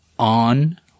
on